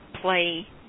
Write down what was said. play